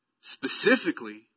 Specifically